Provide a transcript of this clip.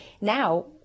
Now